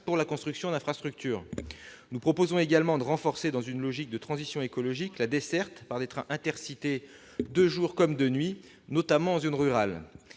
pour la construction d'infrastructures. Nous proposons également, dans une logique de transition écologique, de renforcer les dessertes par les trains Intercités, de jour comme de nuit, notamment en zones rurales.